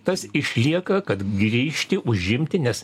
tas išlieka kad grįžti užimti nes